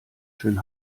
schön